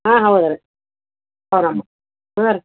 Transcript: ಹಾಂ ಹೌದು ರೀ ಅವ್ರ ಅಮ್ಮ ಹಾಂ ರೀ